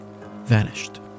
vanished